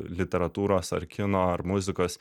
literatūros ar kino ar muzikos